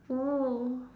mm